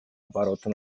оборота